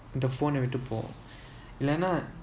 and the phone விட்டு போகும்:vittu pokum